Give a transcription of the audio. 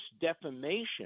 defamation